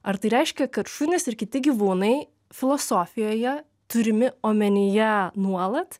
ar tai reiškia kad šunys ir kiti gyvūnai filosofijoje turimi omenyje nuolat